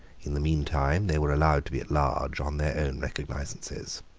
in the meantime they were allowed to be at large on their own recognisances.